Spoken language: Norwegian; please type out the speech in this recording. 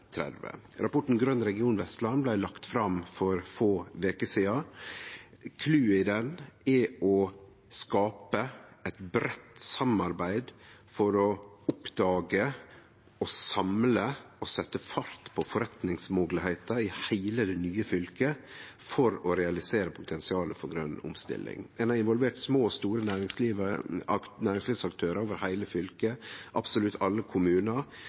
Rapporten Grøn region Vestland blei lagd fram for få veker sidan. Cluet i den er å skape eit breitt samarbeid for å oppdage, samle og setje fart på forretningsmoglegheiter i heile det nye fylket, for å realisere potensialet for grøn omstilling. Ein har involvert små og store næringslivsaktørar over heile fylket og absolutt alle kommunar.